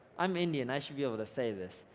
i'm indian, i should be able to say this.